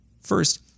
First